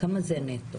כמה זה נטו?